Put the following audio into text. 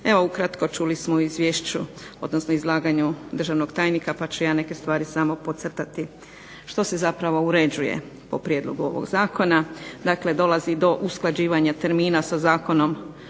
Evo ukratko, čuli smo u izvješću, odnosno izlaganju državnog tajnika pa ću ja neke stvari samo podcrtati što se zapravo uređuje u prijedlogu ovog zakona. Dakle, dolazi do usklađivanja termina sa Zakonom